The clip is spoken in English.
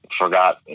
forgot